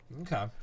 okay